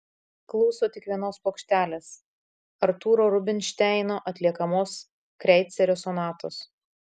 klauso tik vienos plokštelės artūro rubinšteino atliekamos kreicerio sonatos